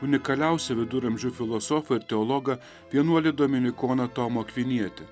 unikaliausią viduramžių filosofą ir teologą vienuolį dominikoną tomą akvinietį